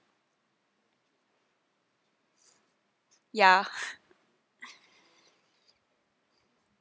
ya